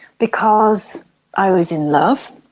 because i was in love.